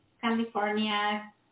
California